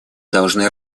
должны